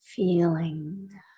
feeling